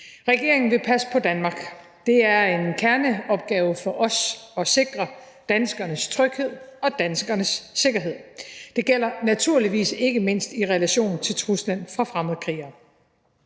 Regeringen vil passe på Danmark. Det er en kerneopgave for os at sikre danskernes tryghed og danskernes sikkerhed. Det gælder naturligvis ikke mindst i relation til truslen fra fremmedkrigere.